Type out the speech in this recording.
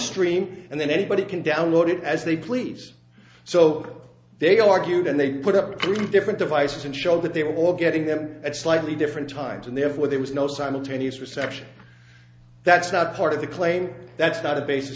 stream and then anybody can download it as they please so they argued and they put up different devices and show that they were all getting them at slightly different times and therefore there was no simultaneous reception that's not part of the claim that's not a basis